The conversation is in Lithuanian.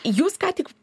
jūs ką tik